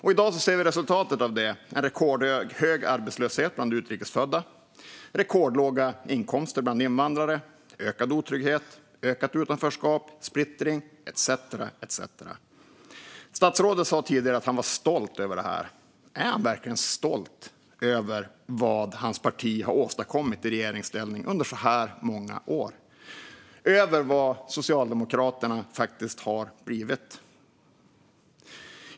I dag ser vi resultatet av det med rekordhög arbetslöshet bland utrikesfödda, rekordlåga inkomster bland invandrare, ökad otrygghet, ökat utanförskap, splittring etcetera. Statsrådet sa tidigare att han var stolt över detta. Är han verkligen stolt över vad hans parti har åstadkommit i regeringsställning under så här många år och över vad Socialdemokraterna faktiskt har blivit?